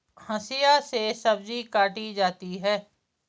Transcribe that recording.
हंसिआ से सब्जी काटी जाती है